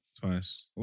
twice